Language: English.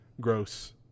gross